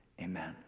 Amen